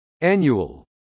Annual